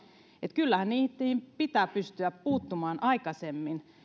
että kyllähän niihin pitää pystyä puuttumaan aikaisemmin